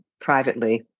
privately